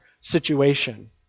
situation